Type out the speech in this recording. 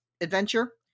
adventure